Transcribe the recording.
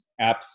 apps